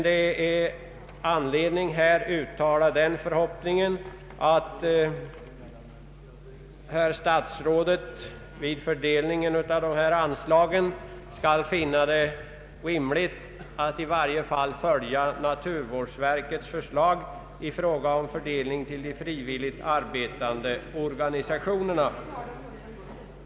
Det finns anledning att här uttala den förhoppningen att herr statsrådet vid fördelningen av dessa anslag skall finna det rimligt att i varje fall följa naturvårdsverkets förslag i fråga om medel till de ideellt arbetande organisationerna.